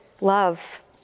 love